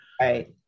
Right